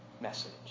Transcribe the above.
message